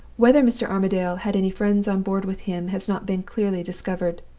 whether mr. armadale had any friends on board with him has not been clearly discovered.